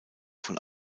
von